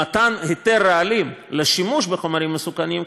במתן היתר רעלים לשימוש בחומרים מסוכנים,